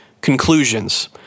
Conclusions